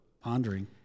pondering